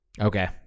Okay